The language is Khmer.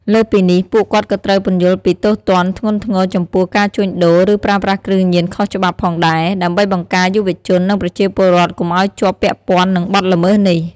លើសពីនេះ ពួកគាត់ក៏ត្រូវពន្យល់ពី ទោសទណ្ឌធ្ងន់ធ្ងរចំពោះការជួញដូរ ឬប្រើប្រាស់គ្រឿងញៀនខុសច្បាប់ ផងដែរ ដើម្បីបង្ការយុវជន និងប្រជាពលរដ្ឋកុំឱ្យជាប់ពាក់ព័ន្ធនឹងបទល្មើសនេះ។